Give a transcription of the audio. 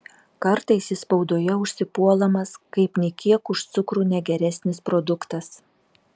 kartais jis spaudoje užsipuolamas kaip nė kiek už cukrų negeresnis produktas